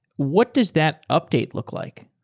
what does that update look like?